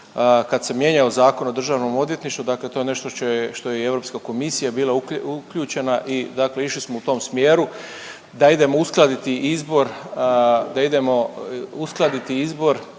kad se mijenjao Zakon o državnom odvjetništvu dakle to je nešto u što je i Europska komisija bila uključena i dakle išli smo u tom smjeru da idemo uskladiti izbor, da idemo uskladiti izbor